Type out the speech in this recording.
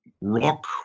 rock